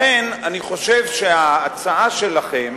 לכן אני חושב שההצעה שלכם